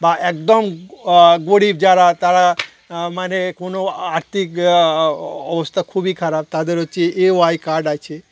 বা একদম গরিব যারা তারা মানে কোনো আর্থিক অবস্থা খুবই খারাপ তাদের হচ্ছে এওআই কার্ড আছে